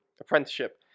apprenticeship